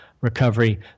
recovery